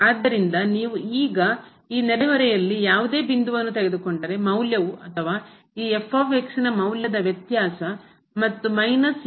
ಆದ್ದರಿಂದ ನೀವು ಈಗ ಈ ನೆರೆಹೊರೆಯಲ್ಲಿ ಯಾವುದೇ ಬಿಂದುವನ್ನು ತೆಗೆದುಕೊಂಡರೆ ಮೌಲ್ಯವು ಅಥವಾ ಈ ನ ಮೌಲ್ಯದ ವ್ಯತ್ಯಾಸ ಮತ್ತು ಮೈನಸ್ ಈ